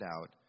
out